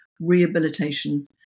rehabilitation